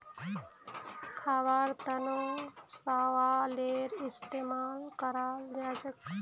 खाबार तनों शैवालेर इस्तेमाल कराल जाछेक